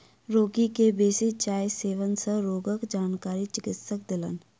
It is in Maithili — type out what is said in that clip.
रोगी के बेसी चाय सेवन सँ रोगक जानकारी चिकित्सक देलैन